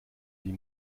die